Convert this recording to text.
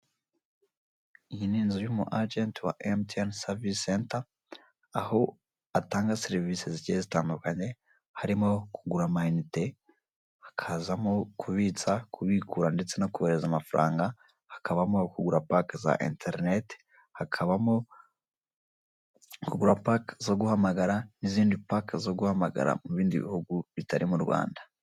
Iyi ni inzu y'umu agent wa MTN service Center aho atanga service zigiye zitandukanye harimo kugira amayinite, hakazamo kubitsa, kubikura ndetse no kohereza amafaranga, hakabamo kugura pake za interineti, hakabamo kugura pake zo guhamagara n'izindi pake zo guhamagara mu bindi bihugu bitari mu Rwanda.